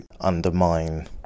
undermine